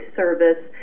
service